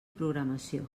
programació